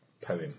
poem